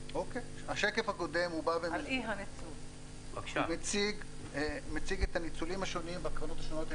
השקף הקודם מציג את הנתונים השונים בקרנות השונות.